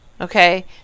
okay